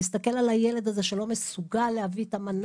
להסתכל על הילד הזה שלא מסוגל להביא את המנה.